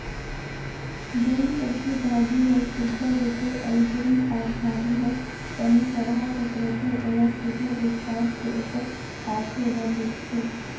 जेन सब्जी भाजी हर सुग्घर रहथे अउ जेन साग भाजी हर तनि सरहा कस रहथे ओला सुघर ले छांएट के ओकर पाछू ओला बेंचथें